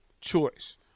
choice